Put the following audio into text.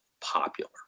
popular